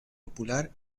popular